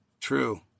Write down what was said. true